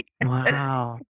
Wow